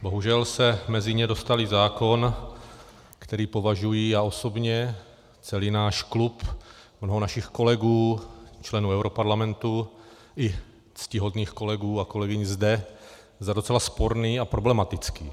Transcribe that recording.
Bohužel se mezi ně dostal i zákon, který považuji já osobně, celý náš klub, mnoho našich kolegů, členů europarlamentu i ctihodných kolegů a kolegyň zde za docela sporný a problematický.